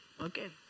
Okay